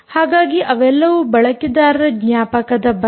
ಹಾಗಾಗಿ ಅವೆಲ್ಲವೂ ಬಳಕೆದಾರರ ಜ್ಞಾಪಕದ ಬಗ್ಗೆ